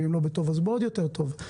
ואם לא בטוב אז בעוד יותר טוב.